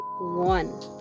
one